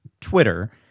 Twitter